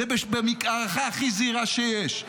זו הערכה הכי זעירה שיש.